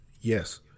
Yes